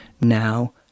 now